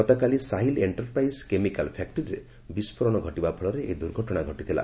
ଗତକାଲି Sahil enterprise chemical ଫ୍ୟାକ୍ତିରେ ବିସ୍କୋରଣ ଘଟିବା ଫଳରେ ଏହି ଦୁର୍ଘଟଣା ଘଟିଥିଲା